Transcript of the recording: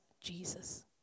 Jesus